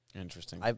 Interesting